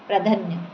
ପ୍ରଧାନ